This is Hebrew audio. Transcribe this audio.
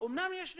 אמנם יש נתונים,